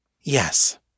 Yes